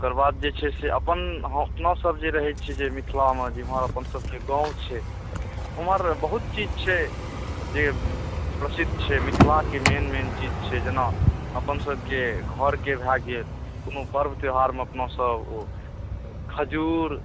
एकर बाद जे छै से अपन हँ अपनासब जे रहै छी जे मिथिलामे जेमहर अपनासबके गाँव छै ओमहर बहुत चीज छै जे प्रसिद्ध छै मिथिलाके मेन मेन चीज छै जेना अपनसबके घरके भऽ गेल कोनो पर्व त्योहारमे अपनासब खजूर